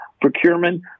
procurement